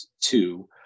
two